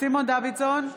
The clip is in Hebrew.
סימון דוידסון,